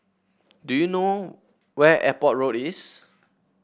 do you know where Airport Road is